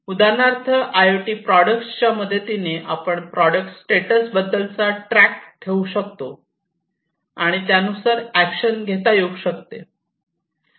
उदाहरणार्थ I O T products च्या मदतीने आपण प्रॉडक्ट स्टेटस बद्दलचा ट्रॅक देऊ ठेऊ शकतो आणि त्यानुसार ऍक्शन घेता येऊ शकते